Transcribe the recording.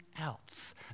else